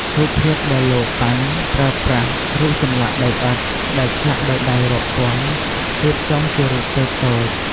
រូបភាពដែល លោក ប៉ាន់ ប្រើប្រាស់ រូបចម្លាក់ដីឥដ្ឋដែលឆ្លាក់ដោយដៃរាប់ពាន់ រៀបចំជារូបតូចៗ ។